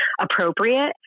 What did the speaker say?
appropriate